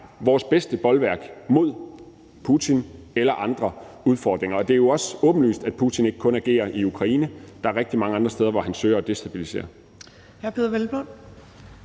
vores bedste bolværk mod Putin eller andre udfordringer. Det er jo også åbenlyst, at Putin ikke kun agerer i Ukraine. Der er rigtig mange andre steder, hvor han søger at destabilisere.